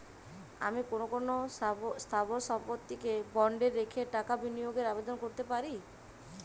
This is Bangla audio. আমি কোন কোন স্থাবর সম্পত্তিকে বন্ডে রেখে টাকা বিনিয়োগের আবেদন করতে পারি?